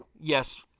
yes